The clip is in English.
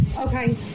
Okay